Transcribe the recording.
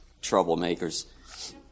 Troublemakers